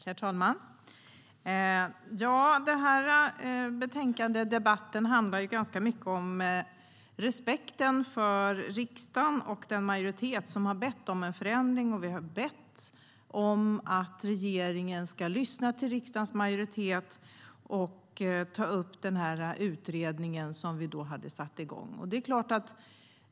Herr talman! Debatten om betänkandet handlar ganska mycket om respekten för riksdagen och den majoritet som har bett om en förändring. Vi har bett om att regeringen ska lyssna till riksdagens majoritet och ta upp utredningen som vi hade satt igång.